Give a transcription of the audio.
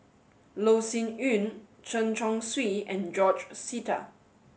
Loh Sin Yun Chen Chong Swee and George Sita